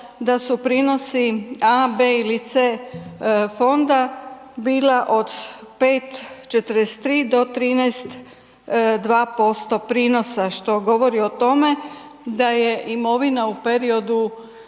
da su prinosi A, B ili C fonda bila od 5,43 do 13,2% prinosa, što govori o tome da je imovina u periodu